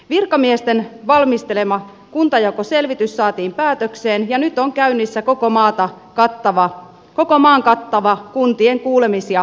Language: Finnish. virkamiesten valmistelema kuntajakoselvitys saatiin päätökseen ja nyt on käynnissä koko maan kattava kuntien kuulemis ja lausuntokierros